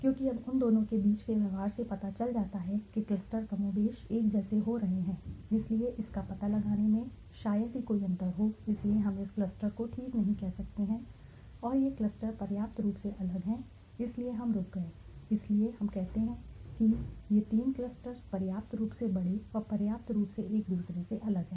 क्योंकि अब उन दोनों के बीच के व्यवहार से पता चल जाता है कि क्लस्टर कमोबेश एक जैसे हो रहे हैं इसलिए इसका पता लगाने में शायद ही कोई अंतर हो इसलिए हम इस क्लस्टर को ठीक नहीं कह सकते हैं और यह क्लस्टर पर्याप्त रूप से अलग हैं इसलिए हम रुक गए इसलिए और हम कहते हैं ये तीन क्लस्टर्स पर्याप्त रूप से बड़े और पर्याप्त रूप से एक दूसरे से अलग हैं